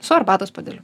su arbatos puodeliu